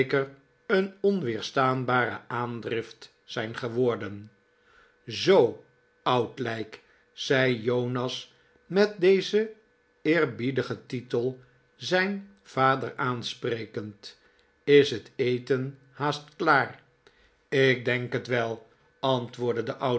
een onweerstaanbare aandrift zijn geworden zoo oud lijk zei jonas met dezen eerbiedigen titel zijn vader aansprekend is het eten haast klaar ik denk het wel antwoordde de